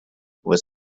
was